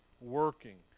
working